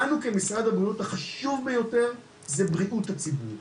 לנו כמשרד הבריאות הדבר החשוב ביותר זה בריאות הציבור,